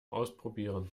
ausprobieren